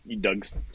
Doug's